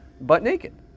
butt-naked